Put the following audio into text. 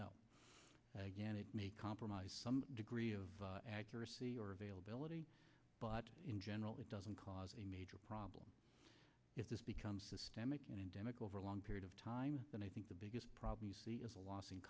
again it may compromise some degree of accuracy or availability but in general it doesn't cause a major problem if this becomes systemic endemic over a long period of time then i think the biggest problem you see is a loss in